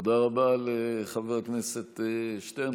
תודה רבה לחבר הכנסת שטרן.